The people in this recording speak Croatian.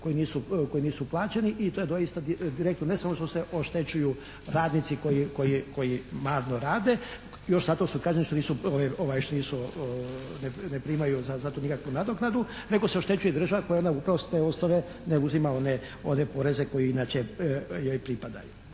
koji nisu plaćeni i to je doista direktno ne samo što se oštećuju radnici koji marno rade, još zato su što kažem što nisu, ne primaju za to nikakvu nadoknadu nego se oštećuje država koja …/Govornik se ne razumije./… ne uzima one poreze koji inače joj pripadaju.